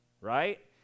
Right